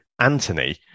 Anthony